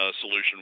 solution